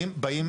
באים,